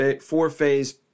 four-phase